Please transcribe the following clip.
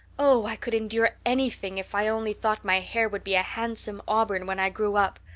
oh, i could endure anything if i only thought my hair would be a handsome auburn when i grew up.